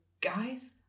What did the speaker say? guys